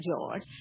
George